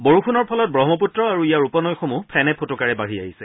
বৰষুণৰ ফলত ৱহ্মপুত্ৰ আৰু ইয়াৰ উপনৈসমূহ ফেনে ফোটোকাৰে বাঢ়ি আহিছে